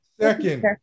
Second